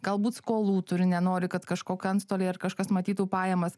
galbūt skolų turi nenori kad kažko ką antstoliai ar kažkas matytų pajamas